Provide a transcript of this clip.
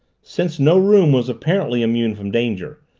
since no room was apparently immune from danger,